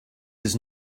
does